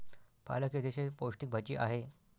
पालक ही अतिशय पौष्टिक भाजी आहे